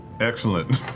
Excellent